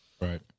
Right